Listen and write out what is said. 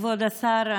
כבוד השר,